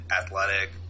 athletic